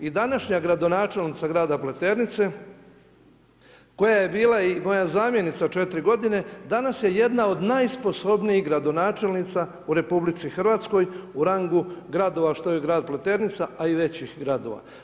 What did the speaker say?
I današnja gradonačelnica grada Pleternice, koja je bila i moja zamjenica od 4 g. danas je jedna od najsposobnijih gradonačelnica u RH, u rangu gradova što je grad Pleternica, a i većih gradova.